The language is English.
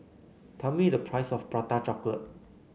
tell me the price of Prata Chocolate